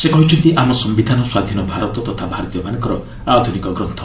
ସେ କହିଛନ୍ତି ଆମ ସୟିଧାନ ସ୍ୱାଧୀନ ଭାରତ ତଥା ଭାରତୀୟମାନଙ୍କର ଆଧୁନିକ ଗ୍ରନ୍ନ